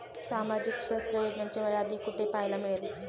सामाजिक क्षेत्र योजनांची यादी कुठे पाहायला मिळेल?